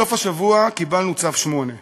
בסוף השבוע קיבלנו צו 8,